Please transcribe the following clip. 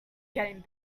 getting